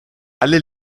alle